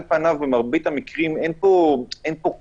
על פניו במרבית המקרים אין פה כסף.